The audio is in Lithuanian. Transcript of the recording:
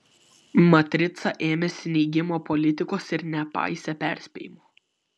matrica ėmėsi neigimo politikos ir nepaisė perspėjimo